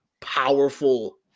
powerful